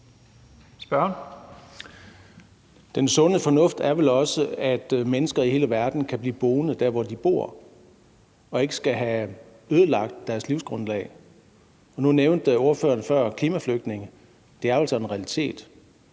Sund fornuft er vel også, at mennesker i hele verden kan blive boende der, hvor de bor, og ikke skal have ødelagt deres livsgrundlag. Nu nævnte ordføreren klimaflygtninge før; det er altså en realitet.